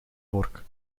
vork